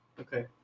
Okay